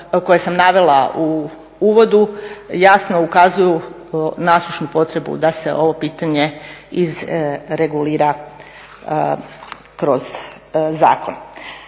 koje sam navela u uvodu jasno ukazuju nasušnu potrebu da se ovo pitanje izregulira kroz zakon.